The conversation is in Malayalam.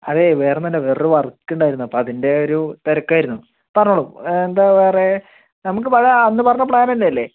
അതേയ് വേറൊന്നും അല്ല വേറോരു വർക്കുണ്ടായിരുന്നു അപ്പോൾ അതിൻ്റെ ഒരു തിരക്കായിരുന്നു പറഞ്ഞോളു എന്താ വേറെ നമുക്ക് പഴയ അന്ന് പറഞ്ഞ പ്ലാൻ തന്നെ അല്ലെ